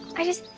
i just,